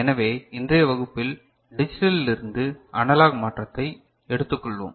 எனவே இன்றைய வகுப்பில் டிஜிட்டலில் இருந்து அனலாக் மாற்றத்தை எடுத்துக்கொள்வோம்